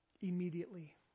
Immediately